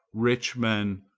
rich men,